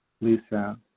Lisa